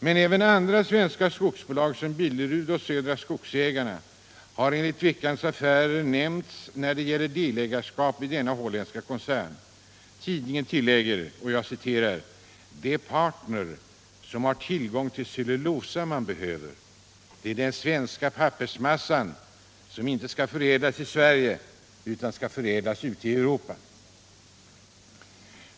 Men även andra svenska skogsbolag som Billerud och Södra Skogsägarna har enligt Veckans Affärer nämnts när det gäller delägarskap i denna holländska koncern. Tidningen tillägger: ”Det är partner som har tillgång till cellulosa man behöver.” Det är den svenska pappersmassan som inte skall förädlas i Sverige utan ute i Europa.